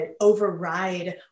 override